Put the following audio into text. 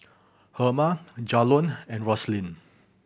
Herma Jalon and Roslyn